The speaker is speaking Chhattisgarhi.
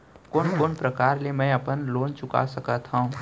कोन कोन प्रकार ले मैं अपन लोन चुका सकत हँव?